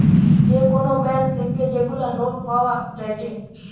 যে কোন ব্যাঙ্ক থেকে যেগুলা নোট পাওয়া যায়েটে